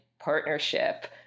partnership